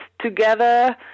together